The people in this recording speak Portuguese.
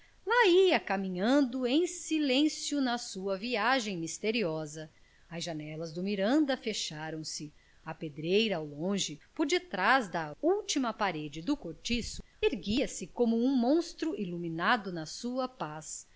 ia caminhando em silêncio na sua viagem misteriosa as janelas do miranda fecharam-se a pedreira ao longe por detrás da última parede do cortiço erguia-se como um monstro iluminado na sua paz